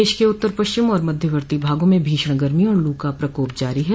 देश के उत्तर पश्चिम और मध्यवर्ती भागों में भीषण गरमी और लू का प्रकोप जारी है